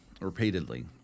repeatedly